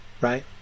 right